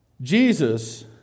Jesus